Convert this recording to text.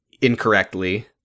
incorrectly